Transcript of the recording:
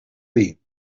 dir